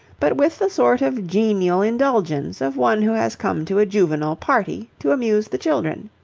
but with the sort of genial indulgence of one who has come to a juvenile party to amuse the children.